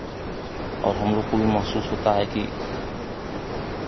और हम लोग को भी महसूस होता है कि